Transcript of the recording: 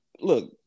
look